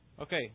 Okay